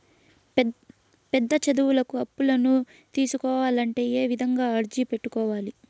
పెద్ద చదువులకు అప్పులను తీసుకోవాలంటే ఏ విధంగా అర్జీ పెట్టుకోవాలి?